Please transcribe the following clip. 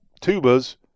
tubas